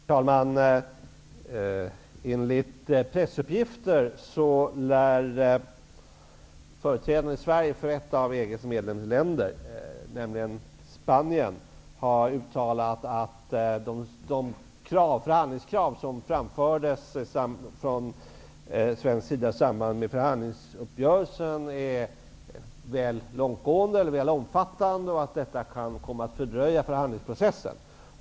Herr talman! Enligt pressuppgifter lär företrädare i Sverige för ett av EG:s medlemsländer, nämligen Spanien, ha uttalat att de förhandlingskrav som framförts från svensk sida är väl omfattande, och att detta kan komma att fördröja förhandlingsprocessen.